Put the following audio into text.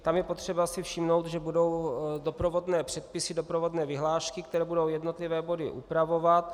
Tam je potřeba si všimnout, že budou doprovodné předpisy, doprovodné vyhlášky, které budou jednotlivé body upravovat.